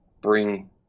bring